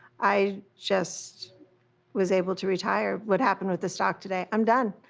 i just was able to retire what happened with the stock today. i'm done.